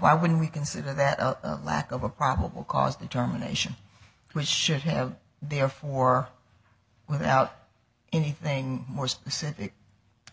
why would we consider that lack of a probable cause determination which should have therefore without anything more specific